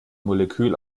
molekül